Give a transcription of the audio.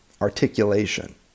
articulation